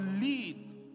lead